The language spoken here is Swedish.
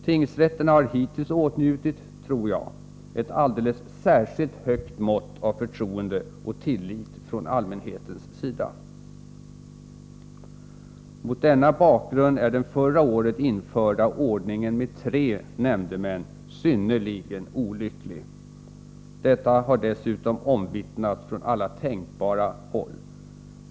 Tingsrätterna har hittills åtnjutit, tror jag, ett alldeles särskilt stort mått av förtroende och tillit från allmänhetens sida. Mot denna bakgrund är den förra året införda ordningen med tre nämndemän synnerligen olycklig. Detta har omvittnats från alla tänkbara håll.